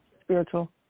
Spiritual